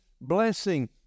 blessing